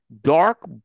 Dark